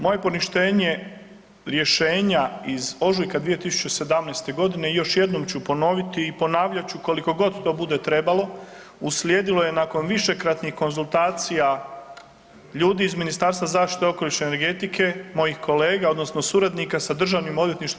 Moje poništenje rješenja iz ožujka 2017. godine i još jednom ću ponoviti i ponavljat ću koliko god to bude trebalo, uslijedilo je nakon višekratnih konzultacija ljudi iz Ministarstva zaštite okoliša i energetike mojih kolega odnosno suradnika sa DORH-om.